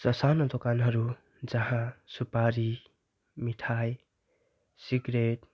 स सानो दोकानहरू जहाँ सुपारी मिठाई सिगरेट